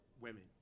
women